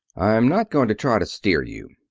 i'm not going to try to steer you.